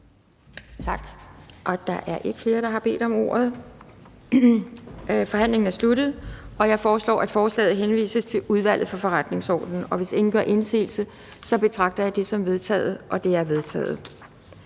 Tak. Der er ikke flere, der har bedt om ordet, og forhandlingen er sluttet. Jeg foreslår, at forslaget henvises til Udvalget for Forretningsordenen. Hvis ingen gør indsigelse, betragter jeg det som vedtaget. Det er vedtaget.